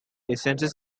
census